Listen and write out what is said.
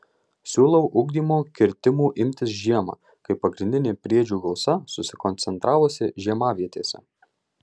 siūlau ugdymo kirtimų imtis žiemą kai pagrindinė briedžių gausa susikoncentravusi žiemavietėse